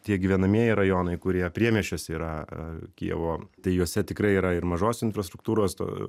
tie gyvenamieji rajonai kurie priemiesčiuose yra kijevo tai juose tikrai yra ir mažos infrastruktūros to